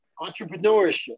entrepreneurship